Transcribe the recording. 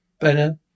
Better